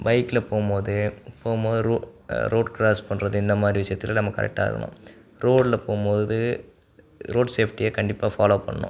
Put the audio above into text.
பைக்கில் போகும்போது போகும்போது ரோட் ரோட் க்ராஸ் பண்ணுறது இந்த மாதிரி விஷயத்தில் நம்ம கரெக்டாக இருக்கணும் ரோட்டில் போகும்போது ரோட் சேஃப்டியை கண்டிப்பாக ஃபாலோ பண்ணணும்